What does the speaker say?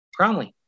Cromley